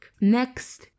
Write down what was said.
Next